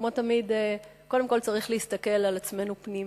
כמו תמיד, קודם כול צריך להסתכל על עצמנו פנימה.